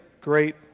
great